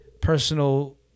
personal